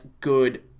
good